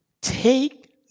take